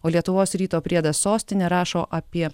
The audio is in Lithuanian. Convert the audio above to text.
o lietuvos ryto priedas sostinė rašo apie